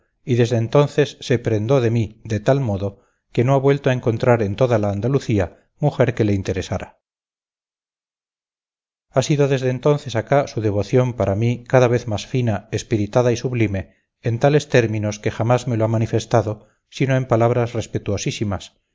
y desde entonces se prendó de mí de tal modo que no ha vuelto a encontrar en toda la andalucía mujer que le interesara ha sido desde entonces acá su devoción para mí cada vez más fina espiritada y sublime en tales términos que jamás me lo ha manifestado sino en palabras respetuosísimas